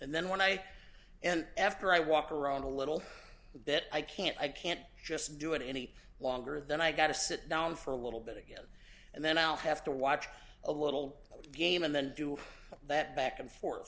and then when i and after i walk around a little bit i can't i can't just do it any longer than i got to sit down for a little bit again and then i'll have to watch a little game and then do that back and forth